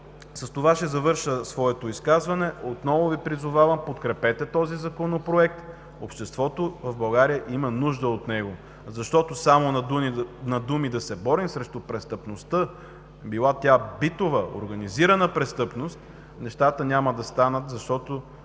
С това ще завърша своето изказване. Отново Ви призовавам: подкрепете този Законопроект. Обществото в България има нужда от него. Само на думи да се борим срещу престъпността – била тя битова, организирана престъпност, нещата няма да станат, защото